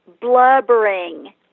blubbering